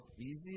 easy